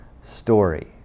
story